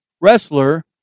wrestler